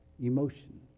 emotion